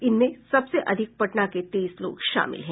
इनमें सबसे अधिक पटना के तेईस लोग शामिल हैं